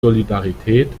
solidarität